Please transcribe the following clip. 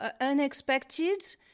unexpected